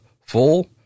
full